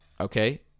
Okay